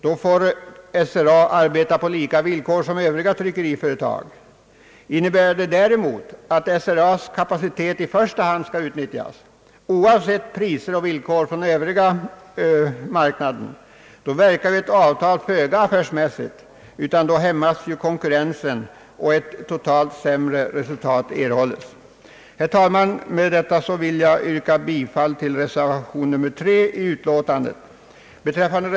Då får SRA arbeta på lika villkor med övriga tryckerier. Innebär det däremot att SRA:s kapacitet i första hand skall utnyttjas, oavsett priser och villkor från övriga marknaden, då verkar ju ett avtal föga affärsmässigt, ty därigenom hämmas konkurrensen och ett totalt sett sämre resultat erhålles. Herr talman! Med detta vill jag yrka bifall till reservation 3 i utskottsutlåtandet.